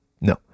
No